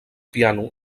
piano